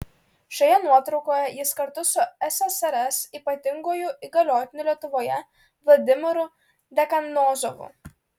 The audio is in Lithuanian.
šioje nuotraukoje jis kartu su ssrs ypatinguoju įgaliotiniu lietuvoje vladimiru dekanozovu